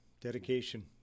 dedication